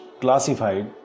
classified